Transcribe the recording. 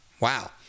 Wow